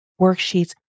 worksheets